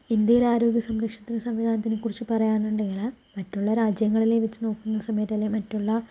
ഇന്ത്യയിലെ ആരോഗ്യ സംരക്ഷണ സംവിധാനത്തെ കുറിച്ച് പറയാനുണ്ടെങ്കില് മറ്റുള്ള രാജ്യങ്ങളിലെ വെച്ച് നോക്കുന്ന സമയത്ത് അല്ലേ മറ്റുള്ള